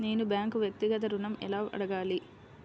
నేను బ్యాంక్ను వ్యక్తిగత ఋణం ఎలా అడగాలి?